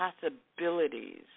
possibilities